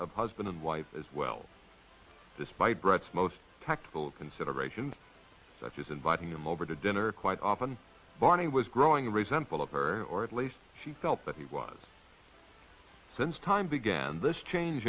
a husband and wife as well despite brett's most tactful considerations such as inviting them over to dinner quite often barney was growing resentful of her or at least she felt that he was since time began this change